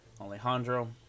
Alejandro